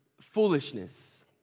foolishness